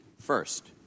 First